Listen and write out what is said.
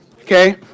Okay